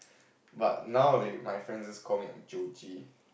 but nowaday my friends just call me